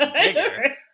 bigger